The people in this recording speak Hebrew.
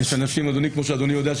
כמו שאדוני יודע,